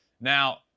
Now